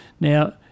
Now